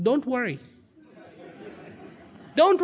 don't worry don't